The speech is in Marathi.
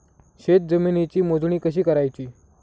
शेत जमिनीची मोजणी कशी करायची?